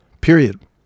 period